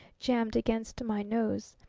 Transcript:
jammed against my nose.